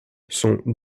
sont